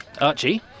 Archie